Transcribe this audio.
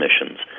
emissions